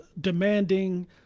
demanding